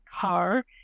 car